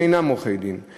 בין שהם עורכי-דין ובין שאינם.